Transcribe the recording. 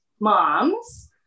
Moms